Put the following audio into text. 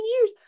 years